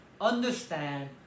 understand